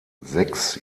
sechs